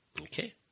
Okay